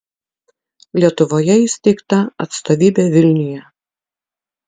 lietuvoje įsteigta atstovybė vilniuje